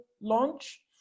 launch